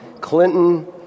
Clinton